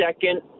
second